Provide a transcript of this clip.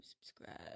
subscribe